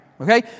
Okay